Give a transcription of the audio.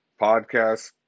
podcast